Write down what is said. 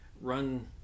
run